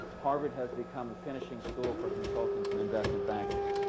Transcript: harvard has become a finishing school for consultants and investment bankers.